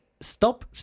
stop